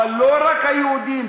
אבל לא רק היהודים,